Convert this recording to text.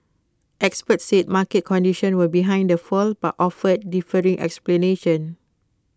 experts said market conditions were behind the fall but offered differing explanations